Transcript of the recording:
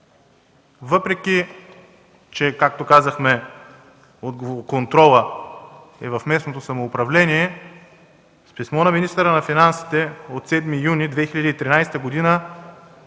Въпреки че, както казахме, контролът е в местното самоуправление, с писмо на министъра на финансите от 7 юни 2013 г.